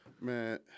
man